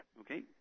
Okay